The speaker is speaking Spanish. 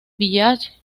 village